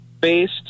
based